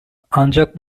ancak